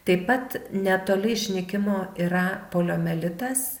taip pat netoli išnykimo yra poliomielitas